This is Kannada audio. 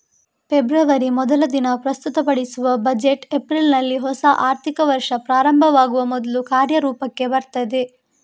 ಫೆಬ್ರವರಿ ಮೊದಲ ದಿನ ಪ್ರಸ್ತುತಪಡಿಸುವ ಬಜೆಟ್ ಏಪ್ರಿಲಿನಲ್ಲಿ ಹೊಸ ಆರ್ಥಿಕ ವರ್ಷ ಪ್ರಾರಂಭವಾಗುವ ಮೊದ್ಲು ಕಾರ್ಯರೂಪಕ್ಕೆ ಬರ್ತದೆ